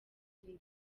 ndoli